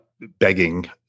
begging